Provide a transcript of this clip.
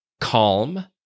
calm